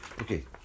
okay